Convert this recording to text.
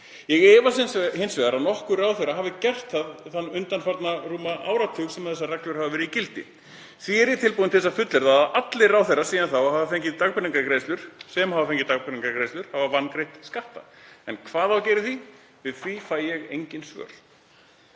Ég efast hins vegar að nokkur ráðherra hafi gert það þann undanfarna rúma áratug sem þessar reglur hafa verið í gildi. Því er ég tilbúinn til að fullyrða að allir ráðherrar síðan þá sem fengið hafa dagpeningagreiðslur hafi vangreitt skatta. En hvað á að gera í því? Við því fæ ég engin svör.